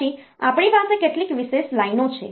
પછી આપણી પાસે કેટલીક વિશેષ લાઈનો છે